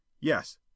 Yes